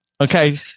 Okay